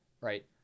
right